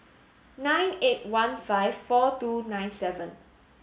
nine eight one five four two nine seven